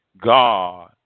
God